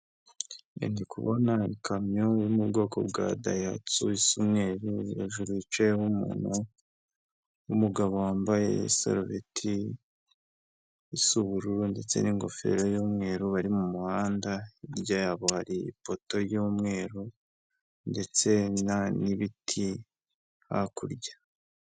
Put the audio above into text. Ndikubona ikamyo yo mu bwoko bwa dayihatsu isa umweru hejuru yicayemo umuntu w'umugabo wambaye isarubeti isa ubururu ndetse n'ingofero y'umweru bari mu muhanda hirya yabo hari ipoto y'umweru ndetse n'ibiti hakurya.